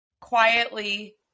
quietly